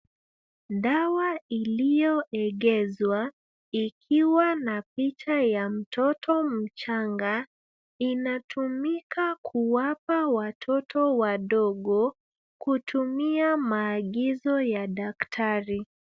Dawa iliyoegezwa, ikiwa na picha ya mtoto mchanga, inatumika kuwapa watoto wadogo, kutumia maagizo ya daktari.